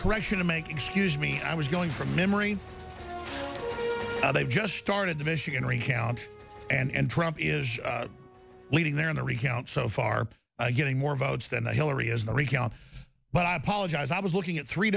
correction to make excuse me i was going from memory they've just started the michigan recount and trump is leading there in the recount so far getting more votes than i hillary as the recount but i apologize i was looking at three